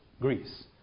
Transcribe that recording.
Greece